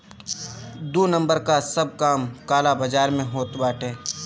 दू नंबर कअ सब काम काला बाजार में होत बाटे